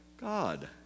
God